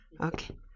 Okay